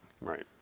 Right